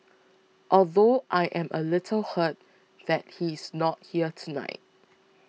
although I am a little hurt that he is not here tonight